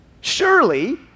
Surely